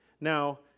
Now